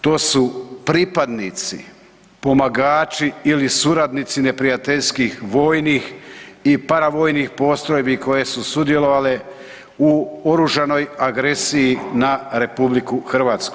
To su pripadnici, pomagači ili suradnici neprijateljskih vojnih i paravojnih postrojbi koje su sudjelovale u oružanoj agresiji na RH.